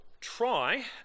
try